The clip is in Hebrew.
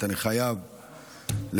אני חייב לברך,